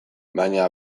baina